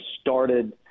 started